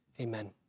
Amen